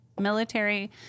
military